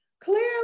clearly